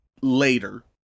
later